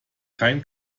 kein